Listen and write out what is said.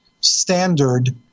standard